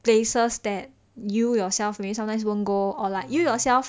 places that you yourself maybe sometimes won't go or like you yourself